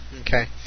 Okay